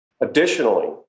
Additionally